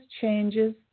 changes